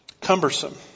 cumbersome